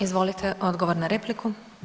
Izvolite odgovor na repliku.